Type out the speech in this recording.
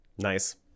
Nice